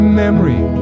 memory